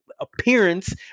appearance